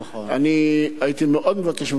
אני הייתי מאוד מבקש ממך,